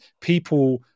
people